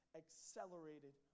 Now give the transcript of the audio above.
accelerated